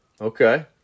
Okay